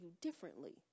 differently